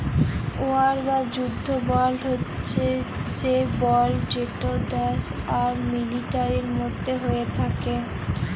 war বা যুদ্ধ বল্ড হছে সে বল্ড যেট দ্যাশ আর মিলিটারির মধ্যে হ্যয়ে থ্যাকে